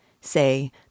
Say